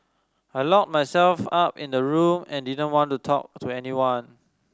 I locked myself up in the room and didn't want to talk to anyone